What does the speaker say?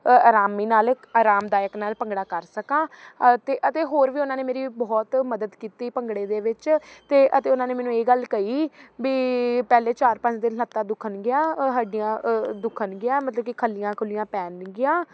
ਆਰਾਮ ਨਾਲ ਆਰਾਮਦਾਇਕ ਨਾਲ ਭੰਗੜਾ ਕਰ ਸਕਾਂ ਤੇ ਅਤੇ ਹੋਰ ਵੀ ਉਹਨਾਂ ਨੇ ਮੇਰੀ ਬਹੁਤ ਮਦਦ ਕੀਤੀ ਭੰਗੜੇ ਦੇ ਵਿੱਚ ਤੇ ਅਤੇ ਉਹਨਾਂ ਨੇ ਮੈਨੂੰ ਇਹ ਗੱਲ ਕਹੀ ਵੀ ਪਹਿਲੇ ਚਾਰ ਪੰਜ ਦਿਨ ਲੱਤਾਂ ਦੁਖਣਗੀਆਂ ਹੱਡੀਆਂ ਦੁਖਣਗੀਆਂ ਮਤਲਬ ਕਿ ਖੱਲੀਆਂ ਖੁੱਲੀਆਂ ਪੈਣਗੀਆਂ